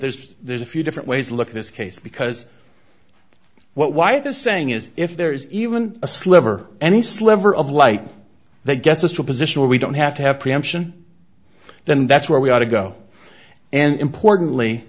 there's there's a few different ways look at this case because what y the saying is if there is even a sliver any sliver of light that gets us to a position where we don't have to have preemption then that's where we ought to go and importantly